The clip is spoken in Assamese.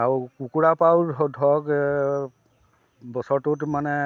আৰু কুকুৰা পাৰও ধৰক বছৰটোত মানে